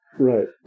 Right